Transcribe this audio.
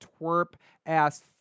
twerp-ass